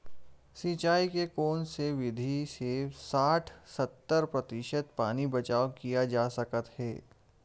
सिंचाई के कोन से विधि से साठ सत्तर प्रतिशत पानी बचाव किया जा सकत हे?